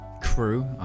crew